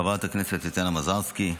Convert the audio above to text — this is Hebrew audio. חברת הכנסת טטיאנה מזרסקי,